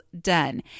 done